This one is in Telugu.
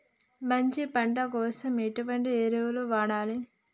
మంచి పంట కోసం ఎటువంటి ఎరువులు వాడాలి?